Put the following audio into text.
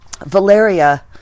Valeria